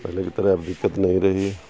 پہلے کی طرح اب دقت نہیں رہی